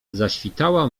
zaświtała